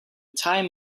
time